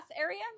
area